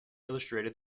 illustrated